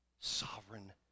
sovereign